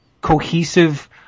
cohesive